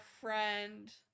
friend